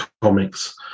comics